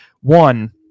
one